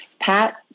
Pat